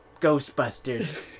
Ghostbusters